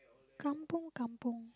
kampung kampung